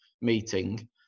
meeting